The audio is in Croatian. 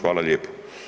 Hvala lijepo.